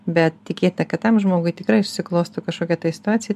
bet tikėtina kad tam žmogui tikrai susiklosto kažkokia tai situacija